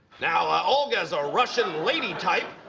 now, ah olga so russian lady type.